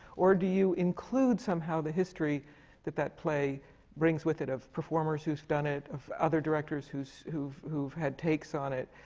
or do you include somehow the history that that play brings with it, of performers who've done it, of other directors who've who've had takes on it?